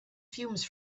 fumes